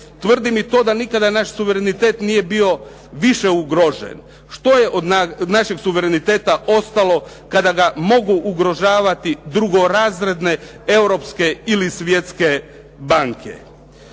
Tvrdim i to da nikada naš suverenitet nije bio više ugrožen, što je od našeg suvereniteta ostalo kada ga mogu ugrožavati drugorazredne europske ili svjetske banke.